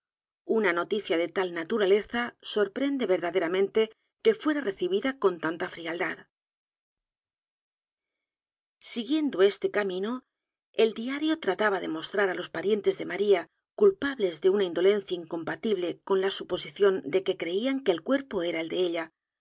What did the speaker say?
una noticia de tal naturaleza sorprende verdaderamente que fuera recibida con tanta frialdad siguiendo este camino el diario trataba de mostrar á los parientes de maría culpables de una indolencia incompatible con la suposición de que creían que el cuerpo era el de ella